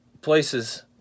places